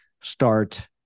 start